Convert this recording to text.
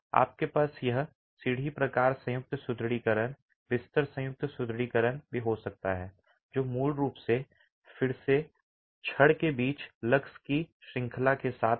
आपके पास यह सीढ़ी प्रकार संयुक्त सुदृढीकरण बिस्तर संयुक्त सुदृढीकरण भी हो सकता है जो मूल रूप से फिर से छड़ के बीच लग्स की श्रृंखला के साथ है